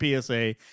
PSA